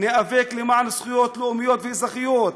ניאבק למען זכויות לאומיות ואזרחיות.